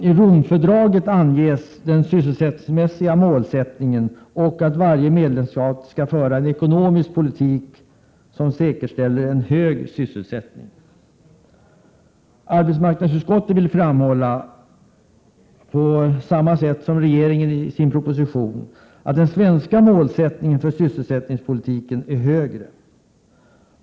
I Romfördraget anges den sysselsättningsmässiga målsättningen. Där sägs att varje medlemsstat skall föra en ekonomisk politik som säkerställer en hög sysselsättning. Arbetsmarknadsutskottet vill framhålla — på samma sätt som regeringen gjort i sin proposition — att den svenska målsättningen för sysselsättningspolitiken är högre.